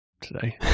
today